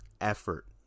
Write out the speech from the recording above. Effort